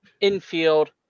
infield